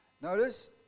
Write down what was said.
Notice